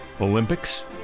Olympics